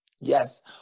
Yes